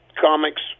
comics